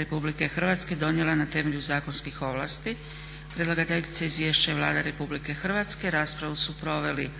RH donijela na temelju zakonske ovlasti. Predlagateljica izvješća je Vlada RH. Raspravu su proveli